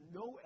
no